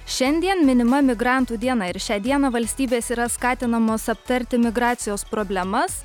šiandien minima migrantų diena ir šią dieną valstybės yra skatinamos aptarti migracijos problemas